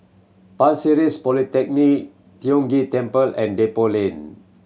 Pasir Ris Polyclinic Tiong Ghee Temple and Depot Lane